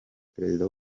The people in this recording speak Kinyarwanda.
perezida